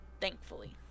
thankfully